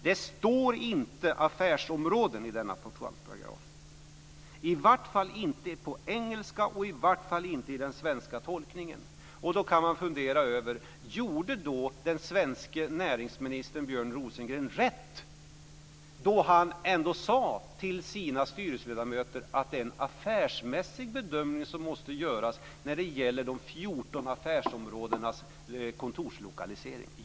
Men där står inget om affärsområden, i varje fall inte på engelska och i varje fall inte i den svenska tolkningen. Då kan man fundera över om den svenska näringsministern Björn Rosengren gjorde rätt när han ändå sade till sina styrelseledamöter att det måste göras en affärsmässig bedömning i fråga om de 14 affärsområdenas kontorslokalisering.